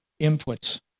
inputs